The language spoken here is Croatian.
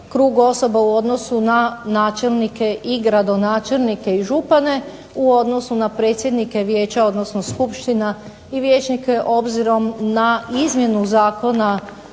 krug osoba u odnosu na načelnike i gradonačelnike i župane u odnosu na predsjednike vijeća, odnosno skupština i vijećnike obzirom na izmjenu Zakona